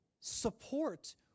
support